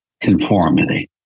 conformity